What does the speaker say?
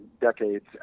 decades